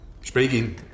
Speaking